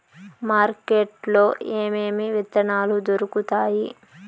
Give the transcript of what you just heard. market లో ఏమేమి విత్తనాలు దొరుకుతాయి